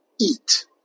eat